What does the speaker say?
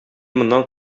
моннан